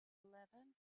eleven